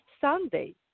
Sunday